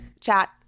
chat